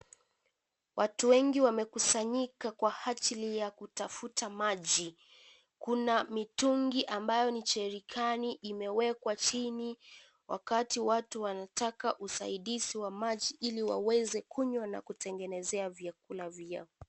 Watu wengi wamekusanyika kwa ajili ya kutafuta maji, kuna mitungi ambayo ni jerikani imewekwa chini wakati watu wanataka usaidizi wa maji ili waweze kunywa na kutengenezea vyakula vyao.